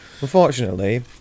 Unfortunately